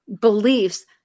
beliefs